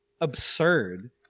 absurd